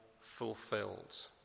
fulfilled